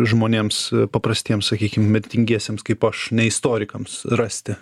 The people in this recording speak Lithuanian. žmonėms paprastiems sakykim mirtingiesiems kaip aš ne istorikams rasti